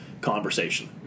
conversation